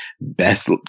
best